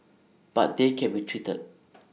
but they can be treated